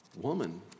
Woman